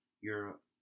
Europe